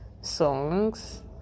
songs